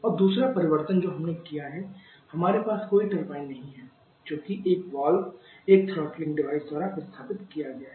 और दूसरा परिवर्तन जो हमने किया है हमारे पास कोई टरबाइन नहीं है जो कि एक वाल्व एक थ्रॉटलिंग डिवाइस द्वारा प्रतिस्थापित किया गया है